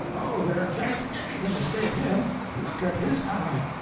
oh, there can't anything escape him look at his eye!